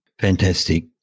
Fantastic